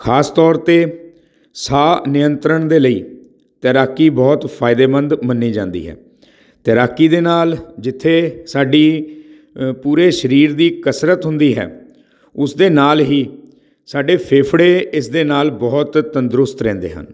ਖ਼ਾਸ ਤੌਰ 'ਤੇ ਸਾਹ ਨਿਯੰਤਰਣ ਦੇ ਲਈ ਤੈਰਾਕੀ ਬਹੁਤ ਫ਼ਾਇਦੇਮੰਦ ਮੰਨੀ ਜਾਂਦੀ ਹੈ ਤੈਰਾਕੀ ਦੇ ਨਾਲ ਜਿੱਥੇ ਸਾਡੀ ਪੂਰੇ ਸਰੀਰ ਦੀ ਕਸਰਤ ਹੁੰਦੀ ਹੈ ਉਸਦੇ ਨਾਲ ਹੀ ਸਾਡੇ ਫੇਫੜੇ ਇਸ ਦੇ ਨਾਲ ਬਹੁਤ ਤੰਦਰੁਸਤ ਰਹਿੰਦੇ ਹਨ